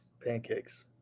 Pancakes